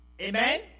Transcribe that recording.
Amen